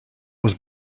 was